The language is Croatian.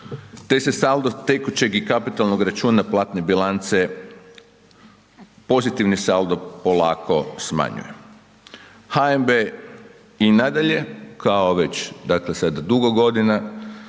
te se salto tekućeg i kapitalnog računa platne bilance pozitivni saldo polako smanjuje. HNB i nadalje kao već dakle sada